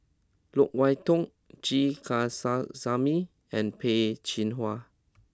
Loke Wan Tho G and Peh Chin Hua